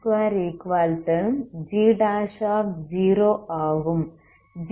ep2g0ஆகும்